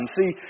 See